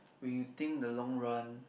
when you think the long run